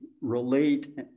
relate